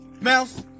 mouse